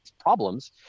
problems